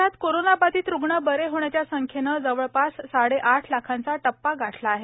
देशात कोरोनाबाधित रुग्ण बरे होण्याच्या संख्येनं जवळपास साडे आठ लाखांचा टप्पा गाठला आहे